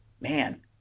man